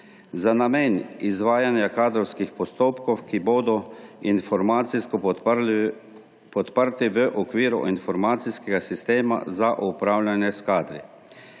za namen izvajanja kadrovskih postopkov, ki bodo informacijsko podprti v okviru informacijskega sistema za upravljanje s kadri.